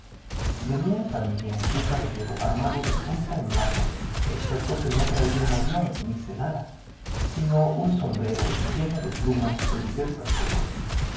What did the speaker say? venía también un caballero armado de punta en blanco excepto que no traía morrión ni celada sino un sombrero lleno de plumas de diversas colores